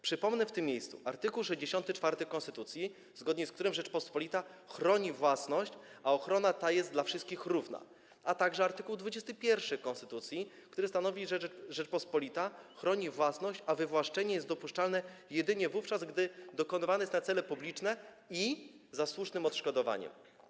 Przypomnę w tym miejscu art. 64 konstytucji, zgodnie z którym Rzeczpospolita chroni własność, a ochrona ta jest dla wszystkich równa, a także art. 21 konstytucji, który stanowi, że Rzeczpospolita chroni własność, a wywłaszczenie jest dopuszczalne jedynie wówczas, gdy dokonywane jest na cele publiczne i za słusznym odszkodowaniem.